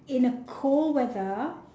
in a cold weather